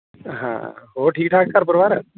ਹਾਂ ਹੋਰ ਠੀਕ ਠਾਕ ਘਰ ਪਰਿਵਾਰ